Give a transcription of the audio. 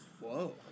Whoa